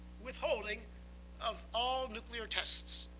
withholding of all nuclear tests